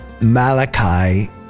Malachi